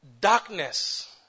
darkness